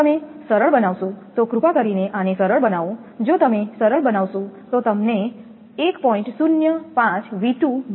જો તમે સરળ બનાવશો તો કૃપા કરીને આને સરળ બનાવો જો તમે સરળ બનાવશો તો તમને મળશે 1